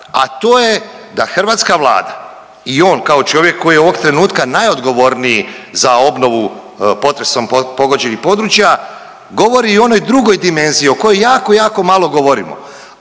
a to je da hrvatska Vlada i on kao čovjek koji je ovog trenutka najodgovorniji za obnovu potresom pogođenih područja govori i o onoj drugoj dimenziji o kojoj jako, jako malo govorimo,